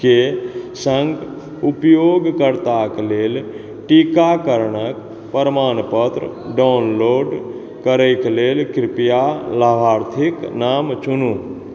के सङ्ग उपयोग करताके लेल टीकाकरणक प्रमाणपत्र डाउनलोड करैके लेल कृपया लाभार्थिक नाम चुनू